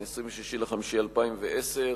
26 במאי 2010,